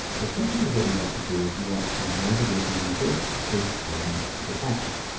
but sometimes what you want to do is you want to navigate the user based on a specific action.